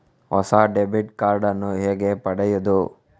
ಹೊಸ debit card ನ್ನು ಹೇಗೆ ಪಡೆಯುದು?